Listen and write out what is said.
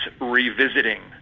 revisiting